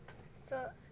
is it